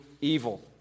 evil